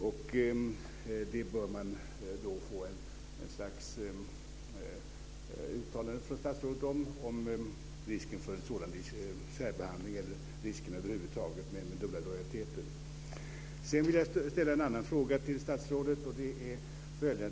Det bör man få ett slags uttalande från statsrådet om. Det gäller risken för en sådan särbehandling eller riskerna över huvud taget med dubbla lojaliteter. Sedan vill jag ställa en annan fråga till statsrådet.